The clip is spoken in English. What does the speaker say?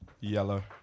Yellow